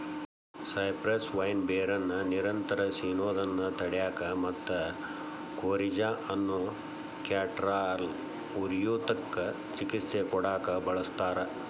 cypress vine ಬೇರನ್ನ ನಿರಂತರ ಸಿನೋದನ್ನ ತಡ್ಯಾಕ ಮತ್ತ ಕೋರಿಜಾ ಅನ್ನೋ ಕ್ಯಾಟರಾಲ್ ಉರಿಯೂತಕ್ಕ ಚಿಕಿತ್ಸೆ ಕೊಡಾಕ ಬಳಸ್ತಾರ